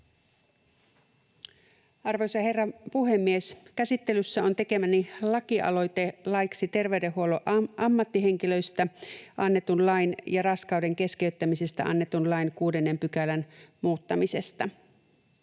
Arvoisa herra puhemies! Käsittelyssä on tekemäni lakialoite laiksi terveydenhuollon ammattihenkilöistä annetun lain ja raskauden keskeyttämisestä annetun lain 6 §:n muuttamisesta.